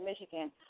Michigan